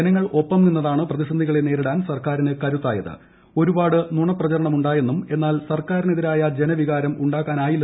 ജനങ്ങൾ ഒപ്പം പ്രിന്റീന്ന്താണ് പ്രതിസന്ധികളെ നേരിടാൻ സർക്കാരിന് കരുത്തായിത് നുണപ്രചാരണമുണ്ടായെന്നും ഒരുപാട് എന്നാൽ സർക്കാരിനെതിരായ ജനവികാരം ഉണ്ടാക്കാനായില്ല